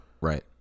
Right